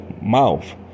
mouth